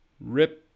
Rip